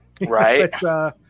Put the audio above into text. Right